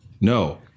no